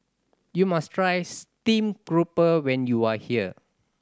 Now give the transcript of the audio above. you must try steam grouper when you are here